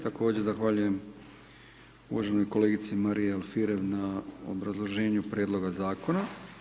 Također zahvaljujem uvaženoj kolegici Mariji Alfirev na obrazloženju prijedloga zakona.